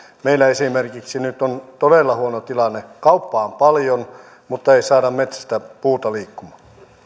meillä esimerkiksi nyt on todella huono tilanne kauppaa on paljon mutta ei saada metsästä puuta liikkumaan